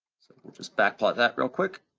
so we'll just backplot that real quick.